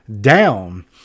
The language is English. down